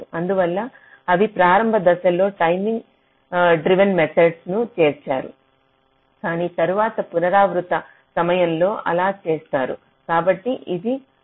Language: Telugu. అందువల్ల అవి ప్రారంభ దశలలో టైమింగ్ డ్రివెన్ మెథడ్స్ ను చేర్చరు కాని తరువాతి పునరావృత సమయంలో అలా చేస్తారు కాబట్టి ఇది అర్ధవంతమైనది సరేనా